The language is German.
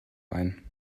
ein